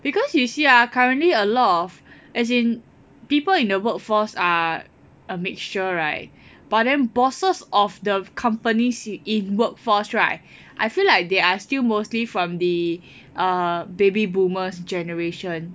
because you see ah currently a lot of as in people in the workforce are a mixture right but then bosses of the companies in workforce right I feel like they are still mostly from the uh baby boomers' generation